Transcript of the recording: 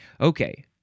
Okay